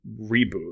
reboot